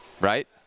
right